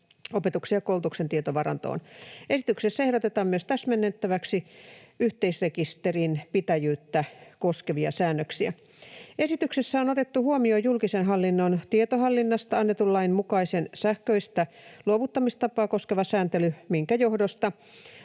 opetuksen ja koulutuksen tietovarantoon. Esityksessä ehdotetaan myös täsmennettäväksi yhteisrekisterinpitäjyyttä koskevia säännöksiä. Esityksessä on otettu huomioon julkisen hallinnon tietohallinnasta annetun lain mukainen sähköistä luovuttamistapaa koskeva sääntely, minkä johdosta